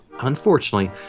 unfortunately